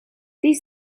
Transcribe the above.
these